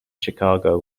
chicago